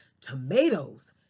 tomatoes